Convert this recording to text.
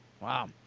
Wow